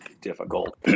difficult